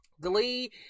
Glee